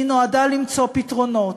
היא נועדה למצוא פתרונות.